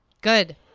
Good